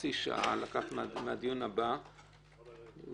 חצי שעה מהדיון הבא כדי